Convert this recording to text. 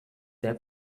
their